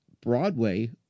Broadway